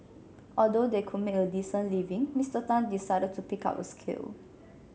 although they could make a decent living Mister Tan decided to pick up a skill